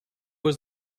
was